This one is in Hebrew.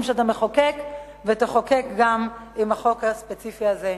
שאתה מחוקק ותחוקק גם עם החוק הספציפי הזה.